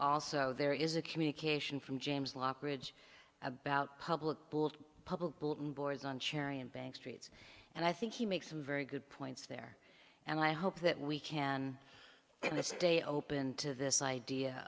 also there is a communication from james lockridge about public public bulletin boards on cerium bank streets and i think he makes some very good points there and i hope that we can in this day open to this idea